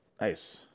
nice